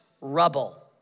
rubble